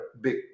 big